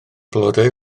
blodau